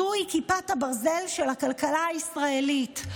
זוהי כיפת הברזל של הכלכלה הישראלית.